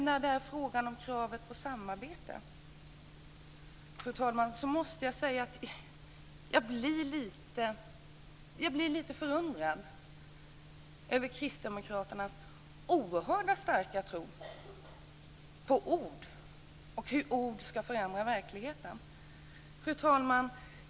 När det gäller kravet på samarbete blir jag lite förundrad över Kristdemokraternas starka tro på ord och på att ord kan förändra verkligheten.